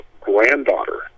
granddaughter